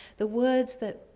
the words that,